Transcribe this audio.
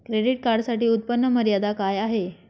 Credit कार्डसाठी उत्त्पन्न मर्यादा काय आहे?